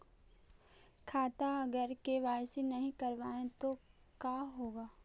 खाता अगर के.वाई.सी नही करबाए तो का होगा?